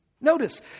Notice